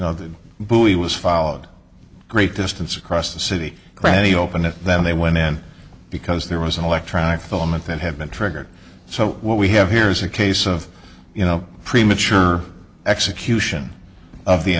know the buoy was followed a great distance across the city ready open and then they went in because there was an electronic filament that have been triggered so what we have here is a case of you know premature execution of the